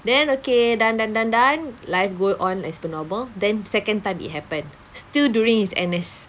then okay done done done done life go on as per normal then second time it happened still during his N_S